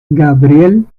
gabriel